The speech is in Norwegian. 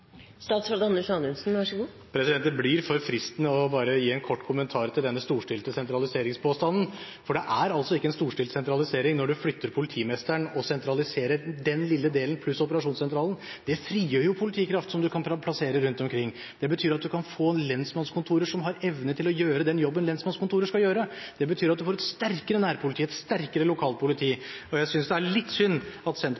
Det blir for fristende bare å gi en kort kommentar til denne storstilte sentraliseringspåstanden, for det er ikke en storstilt sentralisering når vi flytter politimesteren og sentraliserer den lille delen pluss operasjonssentralen. Det frigjør jo politikraft som vi kan plassere rundt omkring. Det betyr at vi kan få lensmannskontorer som har evne til å gjøre den jobben lensmannskontorer skal gjøre. Det betyr at vi får et sterkere nærpoliti, et sterkere lokalpoliti. Jeg synes det er litt synd at